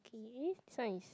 okay this one is